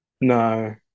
No